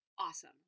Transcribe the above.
Awesome